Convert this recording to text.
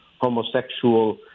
homosexual